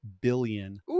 billion